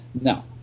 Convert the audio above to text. Now